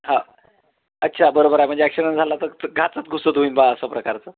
हा अच्छा बरोबर आहे म्हणजे ॲक्सिडंट झाला तर घातच घुसत होईन बा असा प्रकारचं